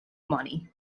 money